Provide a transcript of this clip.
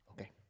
Okay